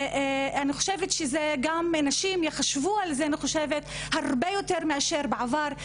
גם נשים יחשבו על זה הרבה יותר מאשר בעבר.